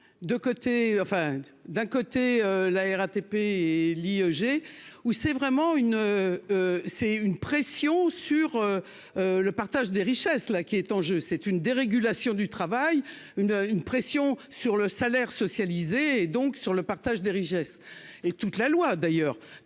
d'un côté, la RATP et Liegey ou c'est vraiment une. C'est une pression sur. Le partage des richesses là qui est en jeu, c'est une dérégulation du travail, une une pression sur le salaire socialisé donc sur le partage des richesses et toute la loi d'ailleurs